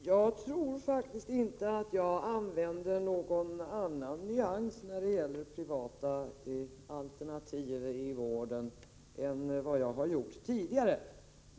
Herr talman! Jag tror faktiskt inte att jag använde någon annan nyans när det gäller privata alternativ i vården än vad jag har gjort tidigare.